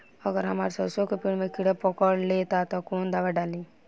अगर हमार सरसो के पेड़ में किड़ा पकड़ ले ता तऽ कवन दावा डालि?